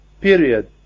period